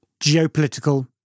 geopolitical